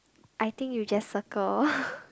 I think you just circle